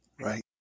Right